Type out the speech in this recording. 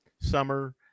summer